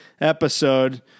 episode